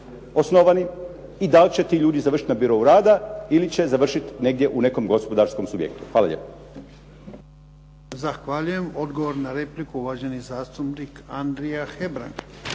osnovani i da li će ti ljudi završiti na birou rada ili će završiti negdje u nekom gospodarskom subjektu. Hvala lijepo.